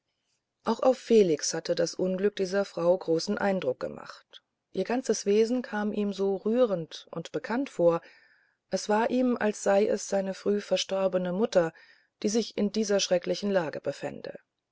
auch auf felix hatte das unglück dieser frau großen eindruck gemacht ihr ganzes wesen kam ihm so rührend und bekannt vor es war ihm als sei es seine frühe verstorbene mutter die sich in dieser schrecklichen lage befände